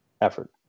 effort